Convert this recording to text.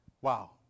wow